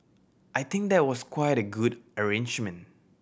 I think that was quite a good arrangement